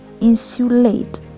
insulate